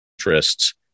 interests